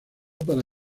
para